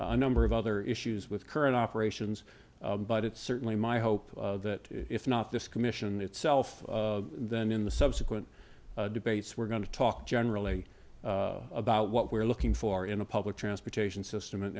a number of other issues with current operations but it's certainly my hope that if not this commission itself then in the subsequent debates we're going to talk generally about what we're looking for in a public transportation system and